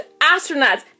astronauts